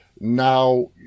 Now